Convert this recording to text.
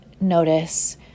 notice